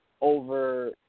over –